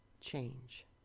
change